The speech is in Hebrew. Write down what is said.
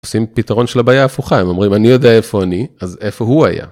עושים פתרון של הבעיה הפוכה, הם אומרים אני יודע איפה אני, אז איפה הוא היה.